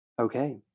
Okay